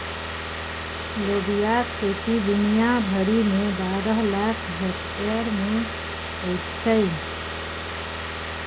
लोबियाक खेती दुनिया भरिमे बारह लाख हेक्टेयर मे होइत छै